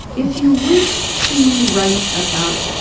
if you wish to write about